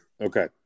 okay